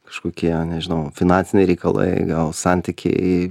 kažkokie nežinau finansiniai reikalai gal santykiai